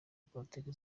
politiki